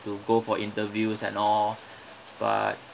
to go for interviews and all but